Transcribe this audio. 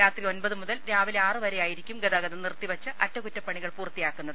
രാത്രി ഒൻപത് മുതൽ രാവിലെ ആറുവരെയായിരിക്കും ഗതാഗതം നിർത്തി വെച്ച് അറ്റകുറ്റപണികൾ പൂർത്തിയാക്കുന്നത്